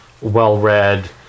well-read